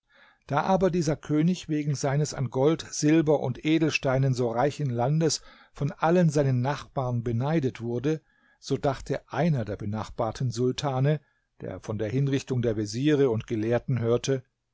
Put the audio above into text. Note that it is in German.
da aber dieser könig wegen seines an gold silber und edelsteinen so reichen landes von allen seinen nachbarn beneidet wurde so dachte einer der benachbarten sultane der von der hinrichtung der veziere und gelehrten hörte